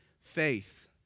faith